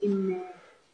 תוך שימת אצבע